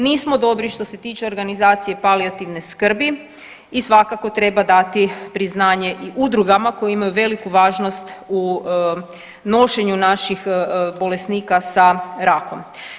Nismo dobri što se tiče organizacije palijativne skrbi i svakako treba dati priznaje i udrugama koje imaju veliku važnost u nošenju naših bolesnika sa rakom.